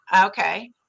Okay